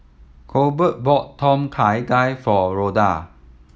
Colbert bought Tom Kha Gai for Ronda